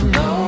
no